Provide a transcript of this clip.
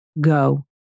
Go